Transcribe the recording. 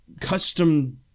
custom